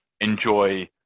enjoy